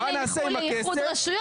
מה נעשה עם הכסף?